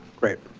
great.